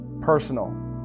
personal